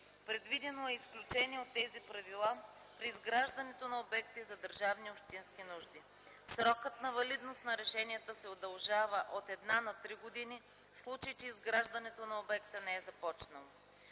Предвидено е изключение от тези правила при изграждането на обекти за държавни и общински нужди. Срокът на валидност на решенията се удължава от една на три години, в случай че изграждането на обекта не е започнало.